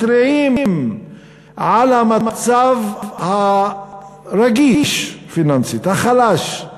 מתריעים על המצב הרגיש פיננסית, החלש,